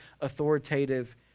authoritative